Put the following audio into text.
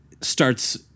starts